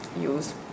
use